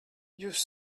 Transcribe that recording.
jūs